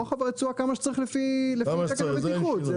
רוחב הרצועה כמה שצריך לפי תקן הבטיחות.